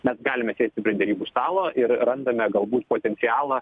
mes galime sėsti prie derybų stalo ir randame galbūt potencialą